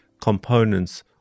components